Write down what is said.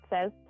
says